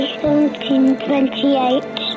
1728